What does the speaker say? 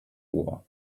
war